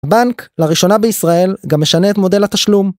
בנק, לראשונה בישראל, גם משנה את מודל התשלום.